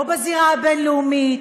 לא בזירה הבין-לאומית,